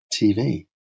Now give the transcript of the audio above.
TV